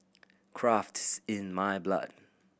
craft is in my blood